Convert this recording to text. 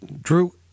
Drew